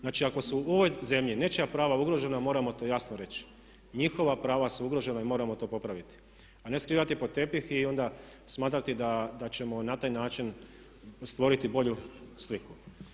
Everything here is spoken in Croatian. Znači, ako se u ovoj zemlji nečija prava ugrožena moramo to jasno reći, njihova prava su ugrožena i moramo to popraviti a ne skrivati pod tepih i onda smatrati da ćemo na taj način stvoriti bolju sliku.